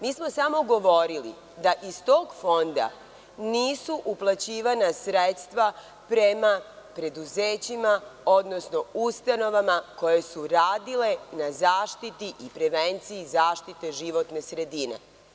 Mi smo samo govorili da iz tog fonda nisu uplaćivana sredstva preduzećima, odnosno ustanovama koje su radile na zaštiti i prevenciji zaštite životne sredine.